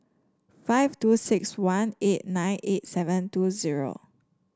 five two six one eight nine eight seven two zero